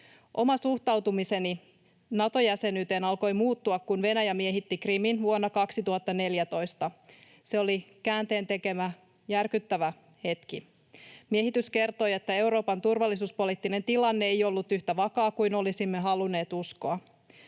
Oma suhtautumiseni Nato-jäsenyyteen alkoi muuttua, kun Venäjä miehitti Krimin vuonna 2014. Se oli käänteentekevä, järkyttävä hetki. Miehitys kertoi, että Euroopan turvallisuuspoliittinen tilanne ei ollut yhtä vakaa kuin olisimme halunneet uskoa.